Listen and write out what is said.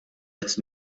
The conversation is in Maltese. qed